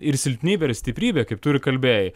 ir silpnybė ir stiprybė kaip tu ir kalbėjai